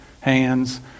hands